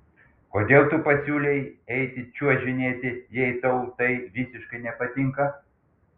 kodėl tu pasiūlei eiti čiuožinėti jei tau tai visiškai nepatinka